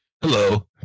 Hello